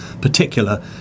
particular